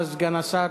סגן השר